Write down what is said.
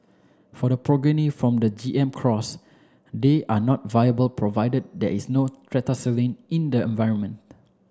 for the progeny from the G M cross they are not viable provided there is no tetracycline in the environment